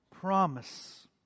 promise